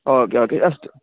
okay okay अस्तु